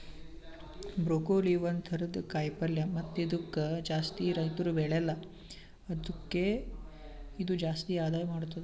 broccoli ಒಂದ್ ಥರದ ಕಾಯಿ ಪಲ್ಯ ಮತ್ತ ಇದುಕ್ ಜಾಸ್ತಿ ರೈತುರ್ ಬೆಳೆಲ್ಲಾ ಆದುಕೆ ಇದು ಜಾಸ್ತಿ ಆದಾಯ ಮಾಡತ್ತುದ